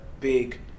big